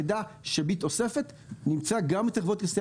המידע ש"ביט" אוספת נמצא גם בתיבות כרטיסי